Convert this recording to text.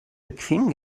bequem